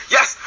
Yes